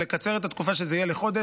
ולקצר את התקופה כך שזה יהיה לחודש,